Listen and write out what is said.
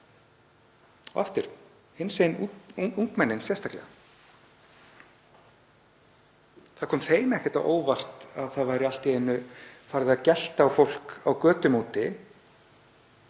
og aftur hinsegin ungmennin sérstaklega. Það kom þeim ekkert á óvart að allt í einu væri farið að gelta á fólk á götum úti.